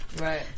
Right